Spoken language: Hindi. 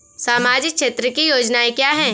सामाजिक क्षेत्र की योजनाएँ क्या हैं?